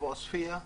בעוספייה,